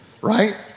Right